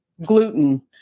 gluten